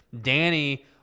Danny